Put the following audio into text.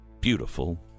beautiful